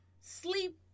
sleep